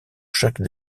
chaque